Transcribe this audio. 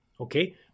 okay